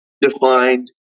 defined